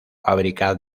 fábrica